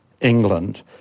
England